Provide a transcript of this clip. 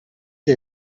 che